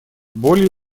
более